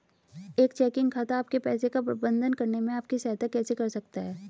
एक चेकिंग खाता आपके पैसे का प्रबंधन करने में आपकी सहायता कैसे कर सकता है?